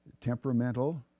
temperamental